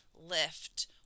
lift